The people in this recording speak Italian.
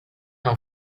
non